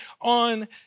on